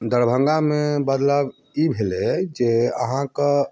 दरभङ्गामे बदलाव ई भेलै जे अहाँ के